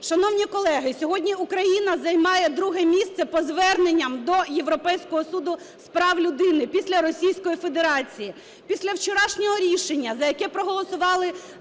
Шановні колеги, сьогодні Україна займає друге місце по зверненням до Європейського суду з прав людини після Російської Федерації. Після вчорашнього рішення, за яке проголосували